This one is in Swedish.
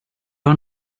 har